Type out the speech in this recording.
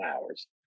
hours